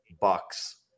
bucks